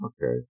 Okay